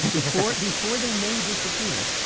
before before they may disappear,